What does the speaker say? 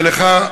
ולך,